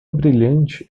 brilhante